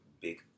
big